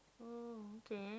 um okay